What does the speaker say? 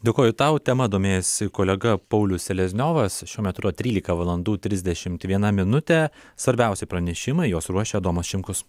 dėkoju tau tema domėjosi kolega paulius selezniovas šiuo metu yra trylika valandų trisdešimt viena minutė svarbiausi pranešimai juos ruošė adomas šimkus